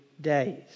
days